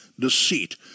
deceit